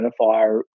identifier